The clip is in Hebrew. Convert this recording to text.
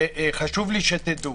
וחשוב לי שתדעו